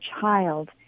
child